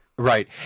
Right